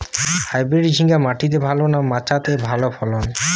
Hybrid ঝিঙ্গা মাটিতে ভালো না মাচাতে ভালো ফলন?